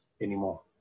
anymore